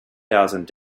thousand